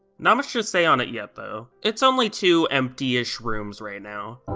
not much to say on it yet though. it's only two empty-ish rooms right now.